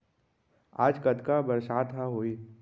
आज कतका बरसात ह होही?